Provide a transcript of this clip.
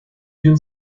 jill